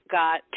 got